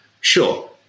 Sure